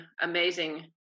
amazing